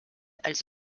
als